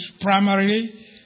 primarily